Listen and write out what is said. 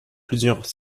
plusieurs